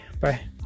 Bye